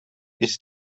ist